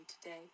today